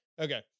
okay